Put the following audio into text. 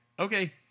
Okay